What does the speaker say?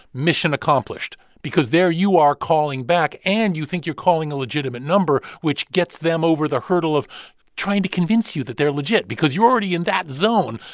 mission accomplished because there you are calling back, and you think you're calling a legitimate number, which gets them over the hurdle of trying to convince you that they're legit because you're already in that zone.